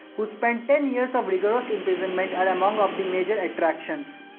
who spent ten years of rigorous imprisonment are among of the major attractions.